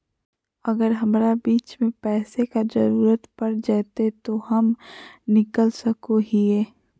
अगर हमरा बीच में पैसे का जरूरत पड़ जयते तो हम निकल सको हीये